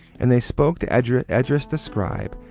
and they spoke to esdras esdras the scribe,